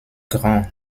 grand